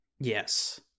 Yes